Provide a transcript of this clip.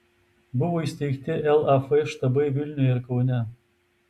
buvo įsteigti laf štabai vilniuje ir kaune